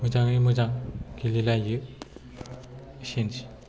मोजाङै मोजां गेलेलायो एसेनोसै